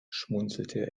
schmunzelte